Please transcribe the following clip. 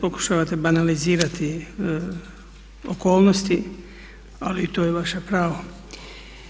Pokušavate banalizirati okolnosti ali to je vaše pravo.